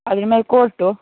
ಅದ್ರ್ಮೇಲೆ court